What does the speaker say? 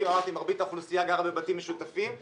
מרבית האוכלוסייה גרה בבתים משותפים.